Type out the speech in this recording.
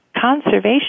conservation